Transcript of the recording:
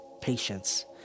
patience